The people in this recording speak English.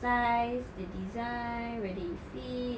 size the design whether it fits